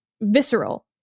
visceral